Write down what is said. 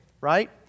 right